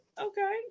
Okay